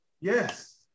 Yes